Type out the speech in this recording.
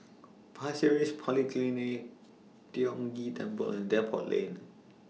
Pasir Ris Polyclinic Tiong Ghee Temple and Depot Lane